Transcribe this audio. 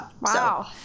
Wow